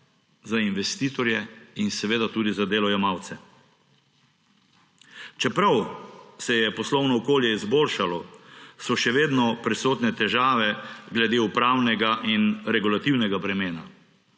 za investitorje in seveda tudi za delojemalce. Čeprav se je poslovno okolje izboljšalo, so še vedno prisotne težave glede upravnega in regulativnega bremena.